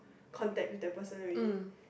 contact with the person already